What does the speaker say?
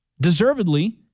deservedly